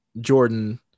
Jordan